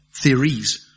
Theories